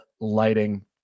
lighting